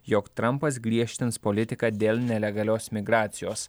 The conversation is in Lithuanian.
jog trampas griežtins politiką dėl nelegalios migracijos